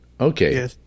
okay